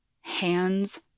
Hands